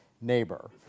neighbor